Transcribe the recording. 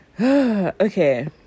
okay